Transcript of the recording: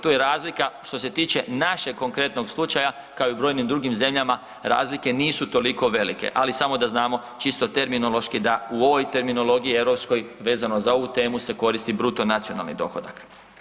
Tu je razlika što se tiče našeg konkretnog slučaja, kao i brojnim drugim zemljama, razlike nisu toliko velike, ali samo da znamo čisto terminološki, da u ovoj terminologiji europskoj, vezano za ovu temu se koristi bruto nacionalni dohodak.